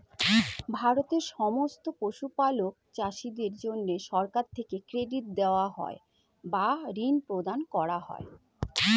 ভারতের সমস্ত পশুপালক চাষীদের জন্যে সরকার থেকে ক্রেডিট দেওয়া হয় বা ঋণ প্রদান করা হয়